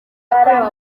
yakorewe